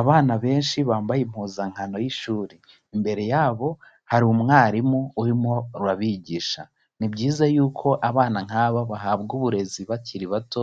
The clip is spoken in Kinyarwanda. Abana benshi bambaye impuzankano y'ishuri, imbere yabo hari umwarimu urimo urabigisha. Ni byiza yuko abana nk'abo bahabwa uburezi bakiri bato